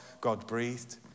God-breathed